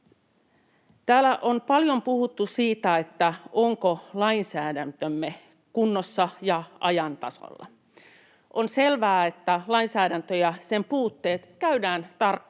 Täällä on paljon puhuttu siitä, onko lainsäädäntömme kunnossa ja ajan tasalla. On selvää, että lainsäädäntöä ja sen puutteita käydään tarkkaan